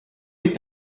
est